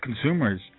consumers